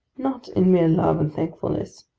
not in mere love and thankfulness,